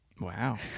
Wow